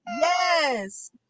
Yes